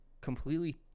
completely